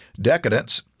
Decadence